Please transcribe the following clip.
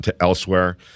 elsewhere